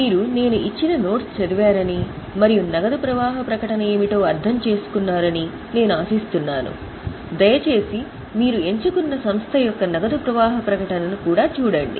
మీరు నేను ఇచ్చిన నోట్స్ చదివారని మరియు నగదు ప్రవాహ ప్రకటన ఏమిటో అర్థం చేసుకున్నారని నేను ఆశిస్తున్నాను దయచేసి మీరు ఎంచుకున్న సంస్థ యొక్క నగదు ప్రవాహ ప్రకటనను కూడా చూడండి